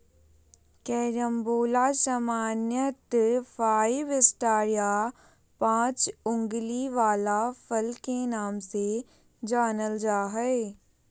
carambola सामान्यत five star या पाँच उंगली वला फल के नाम से जानल जा हय